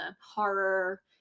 horror